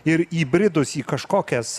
ir įbridus į kažkokias